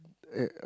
uh